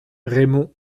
raymond